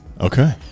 Okay